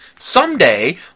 Someday